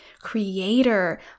creator